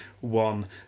One